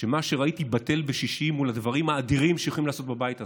שמה שראיתי בטל בשישים מול הדברים האדירים שיכולים לעשות בבית הזה.